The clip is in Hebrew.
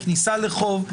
וכניסה לחוב,